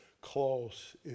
close